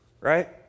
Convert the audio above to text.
Right